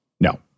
No